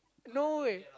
no way